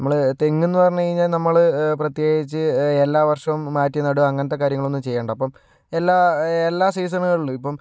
നമ്മള് തെങ്ങെന്ന് പറഞ്ഞ് കഴിഞ്ഞാൽ നമ്മള് പ്രത്യേകിച്ച് എല്ലാ വർഷവും മാറ്റി നടുക അങ്ങനത്തെ കാര്യങ്ങളൊന്നും ചെയ്യണ്ട അപ്പം എല്ലാ എല്ലാ സീസണുകളിലും ഇപ്പം